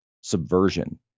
subversion